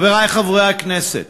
חברי חברי הכנסת,